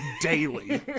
daily